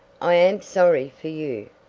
i am sorry for you,